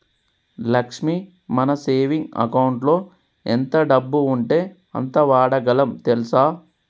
లక్ష్మి మన సేవింగ్ అకౌంటులో ఎంత డబ్బు ఉంటే అంత వాడగలం తెల్సా